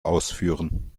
ausführen